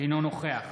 אינו נוכח